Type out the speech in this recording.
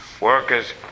workers